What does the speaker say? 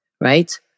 Right